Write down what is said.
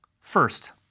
First